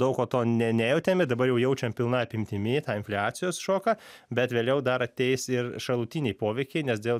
daug ko to ne nejautėm ir dabar jau jaučiam pilna apimtimi tą infliacijos šoką bet vėliau dar ateis ir šalutiniai poveikiai nes dėl